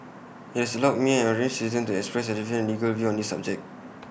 IT has allowed me an ordinary citizen to express A different legal view on this subject